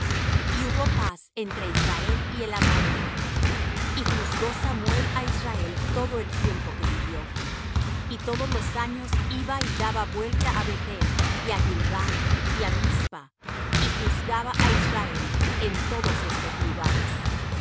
y hubo paz entre israel y el amorrheo y juzgó samuel á israel todo el tiempo que vivió y todos los años iba y daba vuelta á beth-el y á gilgal y á mizpa y juzgaba á israel en todos estos lugares